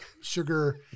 sugar